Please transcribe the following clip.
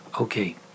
Okay